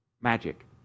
magic